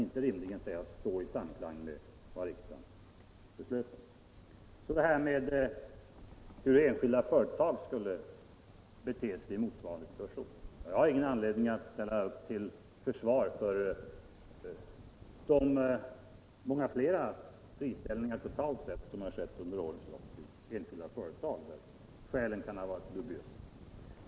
Det kan rimligen inte sägas stå i samklang med vad riksdagen beslöt. Beträffande parallellen med hur enskilda företag skulle bete sig i motsvarande situation har jag ingen anledning att ställa upp till försvar för de många flera friställningar totalt sett som skett under årens lopp vid enskilda företag och där skälen ibland kan ha varit dubiösa.